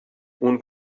اون